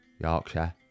Yorkshire